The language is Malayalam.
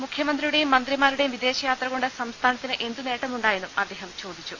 മുഖ്യമന്ത്രിയുടെയും മന്ത്രിമാരുടെയും വിദേ ശയാത്രകൊണ്ട് സംസ്ഥാനത്തിന് എന്തു നേട്ടമുണ്ടായെന്നും അദ്ദേഹം ചോദിച്ചു